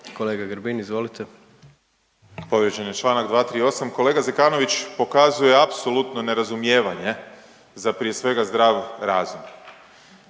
**Grbin, Peđa (SDP)** Povrijeđen je čl. 238., kolega Zekanović pokazuje apsolutno nerazumijevanje za prije svega zdrav razum.